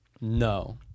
No